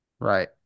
Right